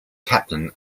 captain